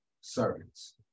servants